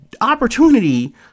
opportunity